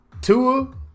Tua